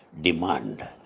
demand